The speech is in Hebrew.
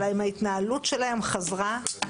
האם ההתנהלות שלהם חזרה?